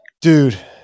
dude